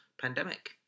pandemic